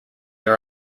are